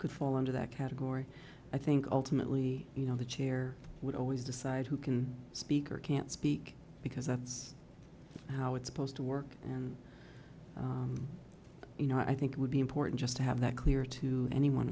could fall under that category i think ultimately you know the chair would always decide who can speak or can't speak because that's how it's supposed to work and you know i think it would be important just to have that clear to anyone